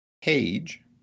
page